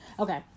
okay